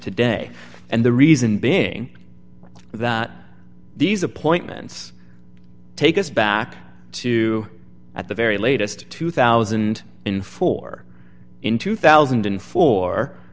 today and the reason being that these appointments take us back to at the very latest two thousand and four in two thousand